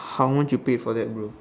how much you pay for that bor